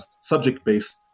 subject-based